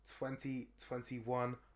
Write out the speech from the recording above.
2021